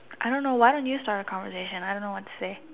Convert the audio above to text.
I don't know why don't you start a conversation I don't know what to say